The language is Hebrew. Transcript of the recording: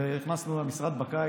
ונכנסנו למשרד בקיץ,